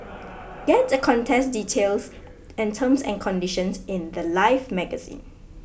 get the contest details and terms and conditions in the Life magazine